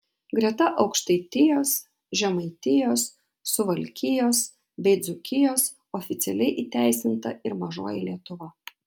greta aukštaitijos žemaitijos suvalkijos bei dzūkijos oficialiai įteisinta ir mažoji lietuva